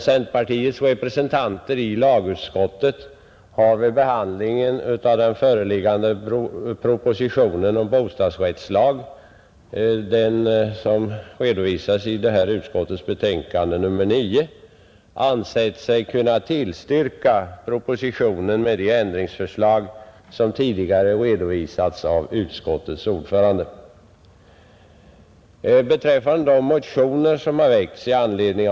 Centerpartiets representanter i lagutskottet har vid behandlingen av den föreliggande propositionen om bostadsrättslag, som redovisas i utskottets betänkande nr 9, ansett sig kunna tillstyrka propositionen med de ändringsförslag som tidigare har redovisats av utskottets ordförande.